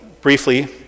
briefly